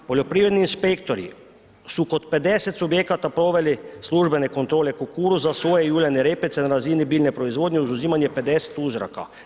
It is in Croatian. Poljoprivredni inspektori su kod 50 subjekata proveli službene kontrole kukuruza, soje i uljane repice na razini biljne proizvodnje uz uzimanje 50 uzoraka.